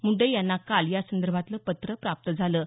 मुंडे यांना काल या संदर्भातलं पत्र प्राप्त झालं आहे